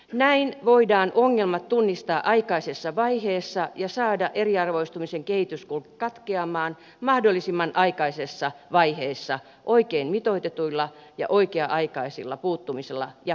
näin voidaan ongelmat tunnistaa aikaisessa vaiheessa ja saada eriarvoistumisen kehityskulku katkeamaan mahdollisimman aikaisessa vaiheessa oikein mitoitetulla ja oikea aikaisella puuttumisella ja hoidolla